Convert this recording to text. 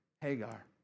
Hagar